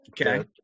Okay